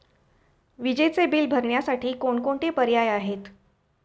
विजेचे बिल भरण्यासाठी कोणकोणते पर्याय आहेत?